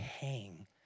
hang